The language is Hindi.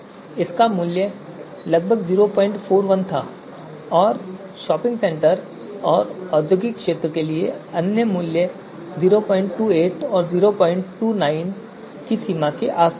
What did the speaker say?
इसका मूल्य लगभग 041 था और शॉपिंग सेंटर और औद्योगिक क्षेत्र के लिए अन्य मूल्य 028 और 029 की सीमा के आसपास थे